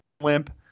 limp